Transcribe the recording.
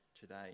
today